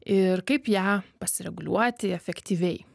ir kaip ją pasireguliuoti efektyviai